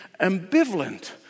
ambivalent